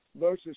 versus